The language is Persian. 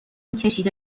کشیده